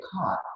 caught